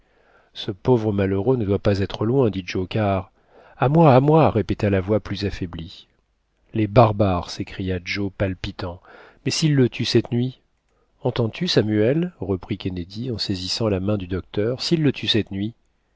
ce pauvre malheureux ne doit pas être loin dit joe car a moi à moi répéta la voix plus affaiblie les barbares s'écria joe palpitant mais s'ils le tuent cette nuit entends-tu samuel reprit kennedy en saisissant la main du docteur s'ils le tuent cette nuit